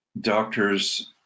doctors